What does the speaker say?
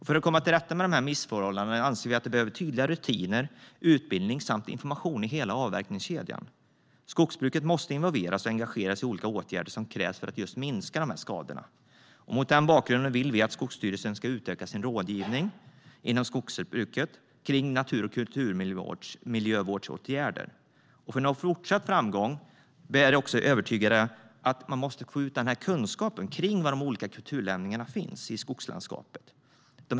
För att komma till rätta med dessa missförhållanden anser vi att det behövs tydliga rutiner, utbildning samt information i hela avverkningskedjan. Skogsbruket måste involveras och engageras i olika åtgärder som krävs för att minska de här skadorna. Mot den bakgrunden vill vi att Skogsstyrelsen ska utöka sin rådgivning inom skogsbruket kring natur och kulturmiljövårdsåtgärder. För att man ska nå fortsatt framgång är vi också övertygade om att man måste få ut kunskapen om var de olika kulturlämningarna finns i skogslandskapet.